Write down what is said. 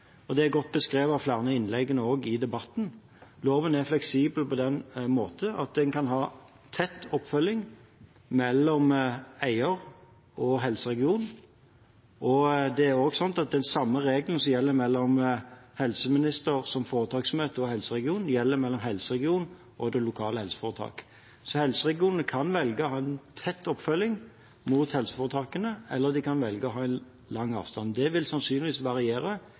Det er også godt beskrevet i flere innlegg i debatten. Loven er fleksibel på den måten at en kan ha tett oppfølging mellom eier og helseregion. Det er også slik at den samme regelen som gjelder mellom helseministeren som foretaksmøte og helseregion, gjelder mellom helseregion og det lokale helseforetaket. Så helseregionene kan velge å ha en tett oppfølging mot helseforetakene, eller de kan velge å ha stor avstand. Det vil sannsynligvis variere